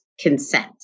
consent